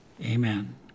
amen